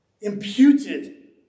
imputed